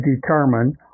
determine